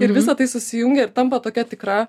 ir visa tai susijungia ir tampa tokia tikra